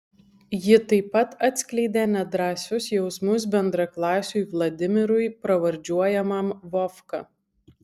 ji taip pat atskleidė nedrąsius jausmus bendraklasiui vladimirui pravardžiuojamam vovka